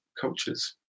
cultures